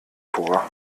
vor